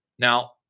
Now